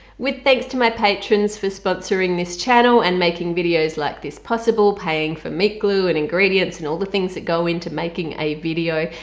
with thanks to my patrons for sponsoring this channel and making videos like this possible, paying for meat glue and ingredients and all the things that go into making a video.